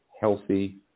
healthy